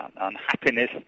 unhappiness